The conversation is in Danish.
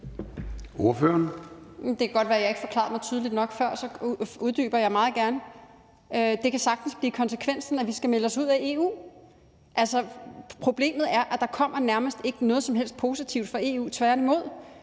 Det kan godt være, at jeg ikke forklarede mig tydeligt nok før, og så uddyber jeg meget gerne. Det kan sagtens blive konsekvensen, at vi skal melde os ud af EU. Altså, problemet er, at der nærmest ikke kommer noget som helst positivt fra EU, tværtimod.